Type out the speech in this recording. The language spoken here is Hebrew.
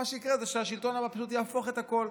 מה שיקרה זה שהשלטון הבא פשוט יהפוך את הכול.